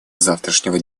завтрашнего